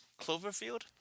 Cloverfield